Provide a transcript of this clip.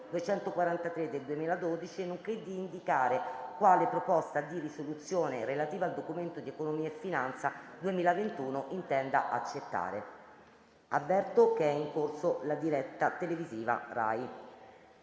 243 del 2012, nonché di indicare quale proposta di risoluzione relativa al Documento di economia e finanza intende accettare. Avverto che è in corso la diretta televisiva RAI.